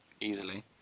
easily